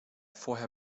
vorher